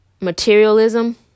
materialism